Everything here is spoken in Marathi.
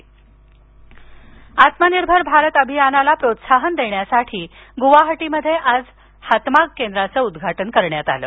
आत्मनिर्भर भारत आत्मनिर्भर भारत अभियानाला प्रोत्साहन देण्यासाठी गुवाहाटीमध्ये आज हातमाग केंद्राचं उद्घाटन करण्यात आलं